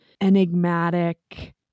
enigmatic